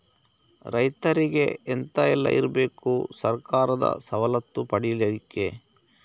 ರೈತರಿಗೆ ಎಂತ ಎಲ್ಲ ಇರ್ಬೇಕು ಸರ್ಕಾರದ ಸವಲತ್ತು ಪಡೆಯಲಿಕ್ಕೆ?